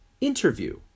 interview